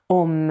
om